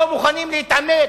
לא מוכנים להתעמת,